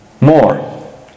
more